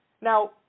Now